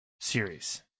series